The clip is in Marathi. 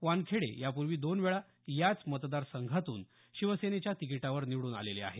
वानखेडे यापूर्वी दोनवेळा याच मतदार संघातून शिवसेनेच्या तिकिटावर निवडून आलेले आहेत